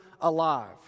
alive